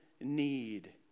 Need